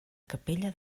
capella